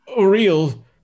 real